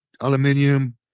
aluminium